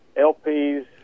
lps